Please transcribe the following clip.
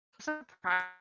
Surprise